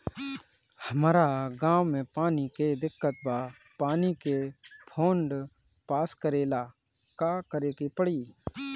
हमरा गॉव मे पानी के दिक्कत बा पानी के फोन्ड पास करेला का करे के पड़ी?